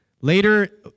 Later